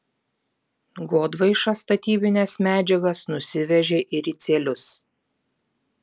godvaiša statybines medžiagas nusivežė į ricielius